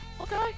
okay